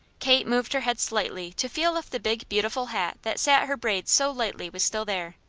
kate moved her head slightly to feel if the big, beautiful hat that sat her braids so lightly was still there.